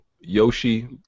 Yoshi